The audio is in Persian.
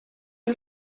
این